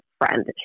friend